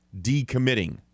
decommitting